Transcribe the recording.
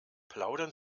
plaudern